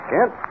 Kent